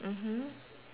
mmhmm